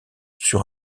sur